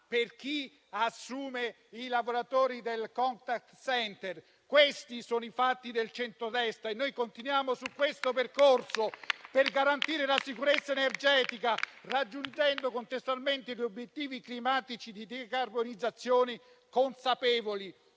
per chi assume i lavoratori del *contact center*. Questi sono i fatti del centrodestra e noi continuiamo su tale percorso, per garantire la sicurezza energetica, raggiungendo contestualmente gli obiettivi climatici di decarbonizzazione, consapevoli